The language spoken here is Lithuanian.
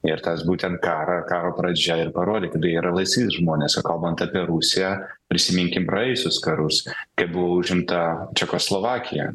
ir tas būtent karą karo pradžia ir parodė kad tai yra laisvi žmonės ir kalbant apie rusiją prisiminkim praėjusius karus kai buvo užimta čekoslovakija